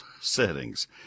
settings